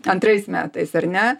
antrais metais ar ne